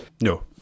No